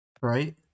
Right